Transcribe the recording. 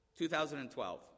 2012